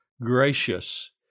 gracious